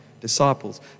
disciples